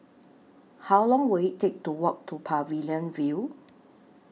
How Long Will IT Take to Walk to Pavilion View